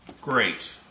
great